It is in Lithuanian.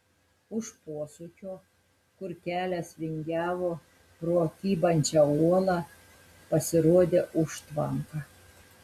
už posūkio kur kelias vingiavo pro kybančią uolą pasirodė užtvanka